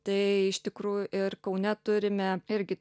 tai iš tikrųjų ir kaune turime irgi